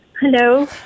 Hello